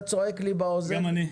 אתה צועק לי באוזן,